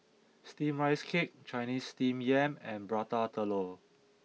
Steamed Rice Cake Chinese Steamed Yam and Prata Telur